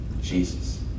Jesus